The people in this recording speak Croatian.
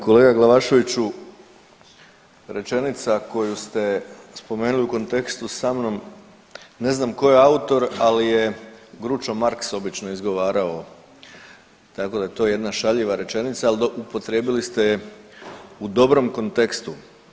Kolega Glavaševiću rečenica koju ste spomenuli u kontekstu sa mnom, ne znam tko je autor ali je Groucho Marx obično izgovarao tako da to je jedna šaljiva rečenica ali upotrijebili ste je u dobrom kontekstu.